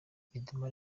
midimar